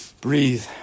breathe